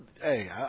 hey